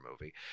movie